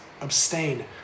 abstain